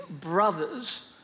brothers